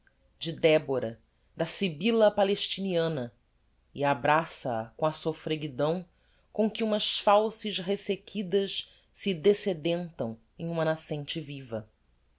de débora da sibylla palestiniana e abraça-a com a sofreguidão com que umas fauces resequidas se dessedentam em uma nascente viva